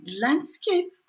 landscape